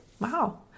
wow